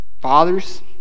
Fathers